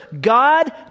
God